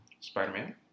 Spider-Man